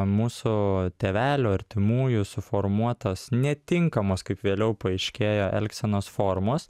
mūsų tėvelių artimųjų suformuotos netinkamos kaip vėliau paaiškėja elgsenos formos